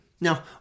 Now